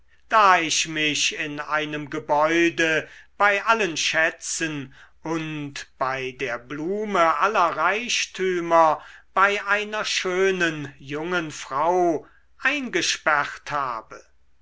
da ich mich in einem gebäude bei allen schätzen und bei der blume aller reichtümer bei einer schönen jungen frau eingesperrt habe